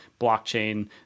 blockchain